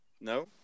No